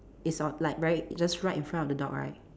it's on like very just right in front of the dog right